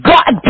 God